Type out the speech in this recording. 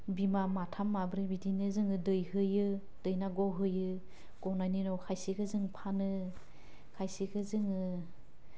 बिमा माथाम माब्रै बिदिनो जोङो दैहोयो दैना गहोयो गनायनि उनाव खायसेखो जों फानो खायसेखो जोङो